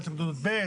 ועדת התנגדויות ב',